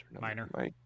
Minor